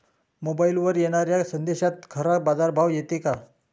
मोबाईलवर येनाऱ्या संदेशात खरा बाजारभाव येते का?